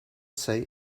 say